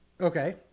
Okay